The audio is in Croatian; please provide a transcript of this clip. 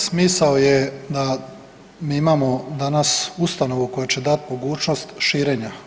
Dakle, smisao je da mi imamo danas ustanovu koja će dati mogućnost širenja.